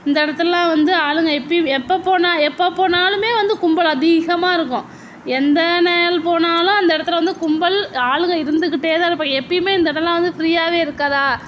இந்த இடத்துலலாம் வந்து ஆளுங்க எப்போயும் எப்போ போனால் எப்போ போனாலுமே வந்து கும்பல் அதிகமாக இருக்கும் எந்த நேரம் போனாலும் அந்த இடத்துல வந்து கும்பல் ஆளுங்க இருந்துகிட்டே தான் இருப்பாங்க எப்போயுமே இந்த இடலாம் வந்து ஃப்ரீயாகவே இருக்காதா